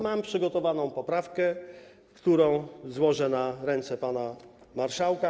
Mam przygotowaną poprawkę, którą złożę na ręce pana marszałka.